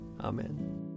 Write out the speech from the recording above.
Amen